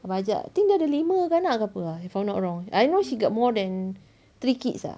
abang ajak I think dia ada lima ke anak ke apa ah if I'm not wrong I know she got more than three kids ah